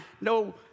No